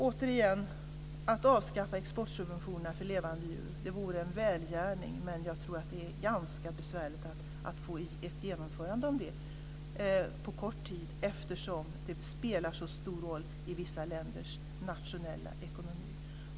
Återigen, att avskaffa exportsubventionerna för levande djur vore en välgärning, men jag tror att det är ganska besvärligt att genomföra detta på kort tid, eftersom den exporten spelar så stor roll i vissa länders nationella ekonomi.